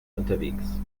unterwegs